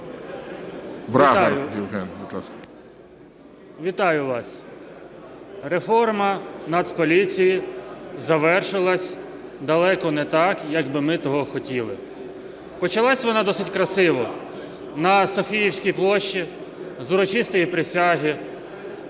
Вітаю вас! Реформа Нацполіції завершилась далеко не так, як би ми того хотіли. Почалась вона досить красиво на Софійській площі з урочистої присяги,